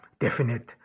definite